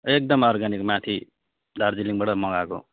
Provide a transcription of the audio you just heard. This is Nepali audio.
एकदम अर्ग्यानिक माथि दार्जिलिङबाट मगाएको